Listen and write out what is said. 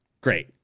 Great